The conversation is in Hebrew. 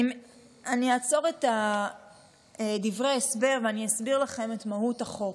אני אעצור את דברי ההסבר ואני אסביר לכם את מהות החוק.